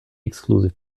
exclusive